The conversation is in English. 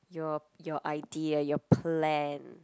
your your idea your plan